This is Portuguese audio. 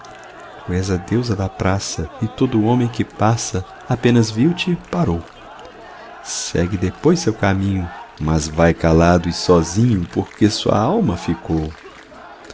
samburá tu és a deusa da praça e todo o homem que passa apenas viu te parou segue depois seu caminho mas vai calado e sozinho porque sua alma ficou